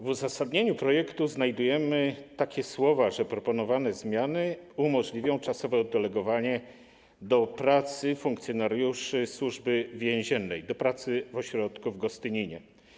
W uzasadnieniu projektu znajdujemy takie słowa: proponowane zmiany umożliwią czasowe oddelegowanie do pracy funkcjonariuszy Służby Więziennej, do pracy w ośrodku w Gostyninie.